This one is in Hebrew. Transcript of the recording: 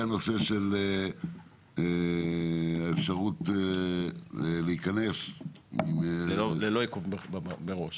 לגבי האפשרות להיכנס מראש